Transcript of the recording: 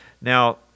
Now